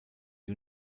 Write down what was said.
der